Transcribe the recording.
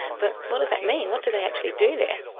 but what does that mean, what do they actually do there?